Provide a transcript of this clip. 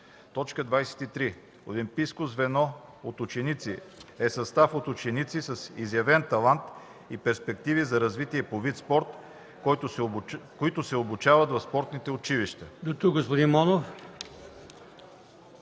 23: „23. „Олимпийско звено от ученици” е състав от ученици с изявен талант и перспективи за развитие по вид спорт, които се обучават в спортните училища.” ПРЕДСЕДАТЕЛ